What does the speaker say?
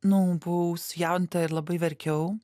nu buvau sujaudinta ir labai verkiau